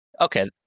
Okay